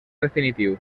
definitiu